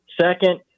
Second